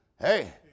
hey